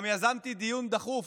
גם יזמתי דיון דחוף